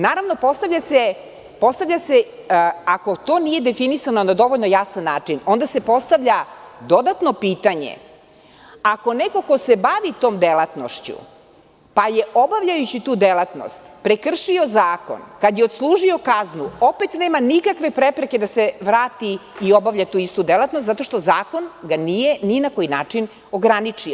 Naravno, ako to nije definisano na dovoljno jasan način, onda se postavlja se postavlja dodatno pitanje – ako neko ko se bavi tom delatnošću pa je obavljajući tu delatnost prekršio zakon, kad je odslužio kaznu, opet nema nikakve prepreke da se vrati i obavlja tu istu delatnost, zato što zakon ga nije ni na koji način ograničio.